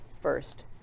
first